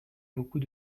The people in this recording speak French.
beaucoup